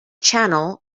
channel